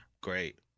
Great